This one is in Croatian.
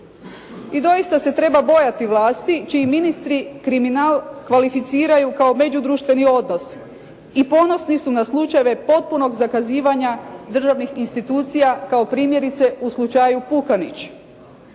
I doista se treba bojati vlasti čiji ministri kriminal kvalificiraju kao međudruštveni odnos i ponosni su na slučajeve potpunog zakazivanja državnih institucija kao u slučaju Pukanić.